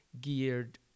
geared